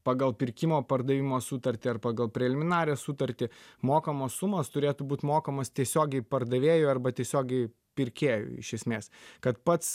pagal pirkimo pardavimo sutartį ar pagal preliminarią sutartį mokamos sumos turėtų būt mokamas tiesiogiai pardavėjui arba tiesiogiai pirkėjui iš esmės kad pats